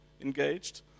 engaged